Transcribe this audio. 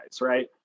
right